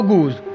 Goose